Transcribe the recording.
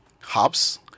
hubs